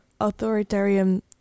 authoritarian